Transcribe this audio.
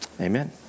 amen